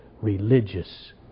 religious